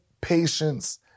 patience